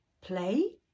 Play